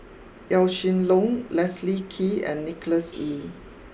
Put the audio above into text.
Yaw Shin Leong Leslie Kee and Nicholas Ee